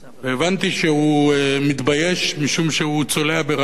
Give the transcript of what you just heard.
הבנתי שהוא מתבייש משום שהוא צולע ברגלו.